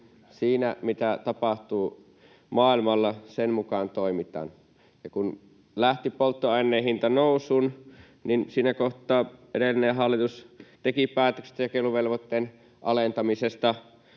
mitä tapahtuu maailmalla. Ja kun lähti polttoaineen hinta nousuun, niin siinä kohtaa edellinen hallitus teki päätökset jakeluvelvoitteen alentamisesta,